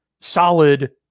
solid